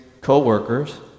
co-workers